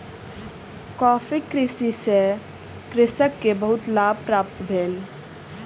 coffee कृषि सॅ कृषक के बहुत लाभ प्राप्त भेल